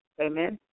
Amen